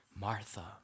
Martha